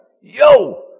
yo